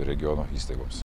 regiono įstaigoms